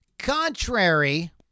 contrary